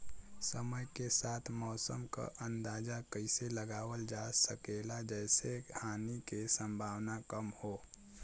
समय के साथ मौसम क अंदाजा कइसे लगावल जा सकेला जेसे हानि के सम्भावना कम हो?